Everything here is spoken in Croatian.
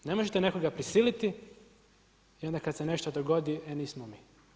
Ne možete nekoga prisiliti i onda kada se nešto dogodi, e nismo mi.